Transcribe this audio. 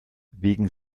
wegen